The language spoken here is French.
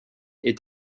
est